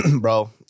bro